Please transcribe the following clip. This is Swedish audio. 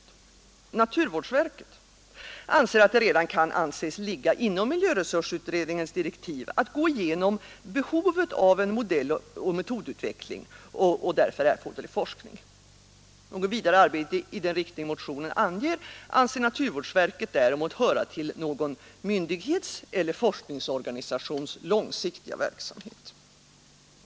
Statens naturvårdsverk anser att det redan kan anses ligga inom miljöresursutred ningens direktiv att gå igenom behovet av en modelloch metodutveckling och därför erforderlig forskning. Något vidare arbete i den riktning motionen anger, anser naturvårdsverket däremot höra till någon myndighets eller forskningsorganisations långsiktiga verksamhet.